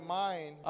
mind